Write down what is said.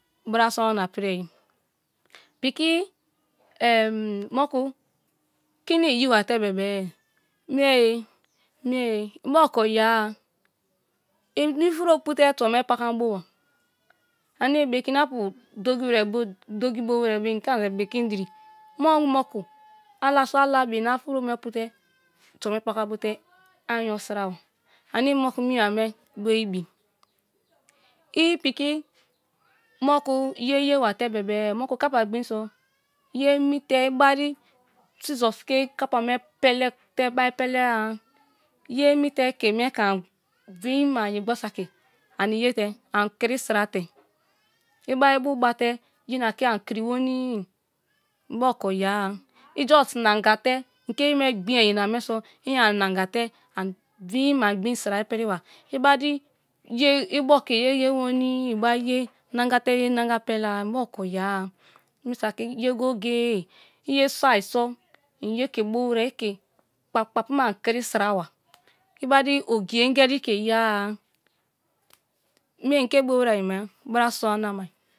B'ra sua wana p'ri piki moku kini iyi ba te be-be mie mie in bari oko ye- a ini ifuro pu te be- be mie mie in bari oko ye a ini ifuro pu te tubo me pakam bo ba anie bekina pu dogi bo wrer be in kan bekin diri moku a so alabia in a in a furo me pute tubo me pakam bote a inyo sra ba anie moku mia me bu ibi. I piki moku ye ye wa te bebe, moku kapa gban so, ye- emi teibari sassors ke kapa me pele te bar pele a ye-mi te ke mie ke-an ani ye gbor saki ano ye te kiri s'ra te i bari ibu bate yena kenni kiri weni-i, in bari oko ye-a i just nanga te in ke ye me ogbin e yene me so i an nanga te an gbin s'ra ipri ba i bari ye i boke ye ye weni ba ye nanga te ye nanga pela-a, in bari oko ye- a mi saki ye go goye i ye so-ai so in ye ke bo wrer i ke kpap ' ma kiri s'ra wa i bari ogie ngeri ke ye-a, mie inke bo wrer beye me b'ra sua la mai.